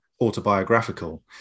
autobiographical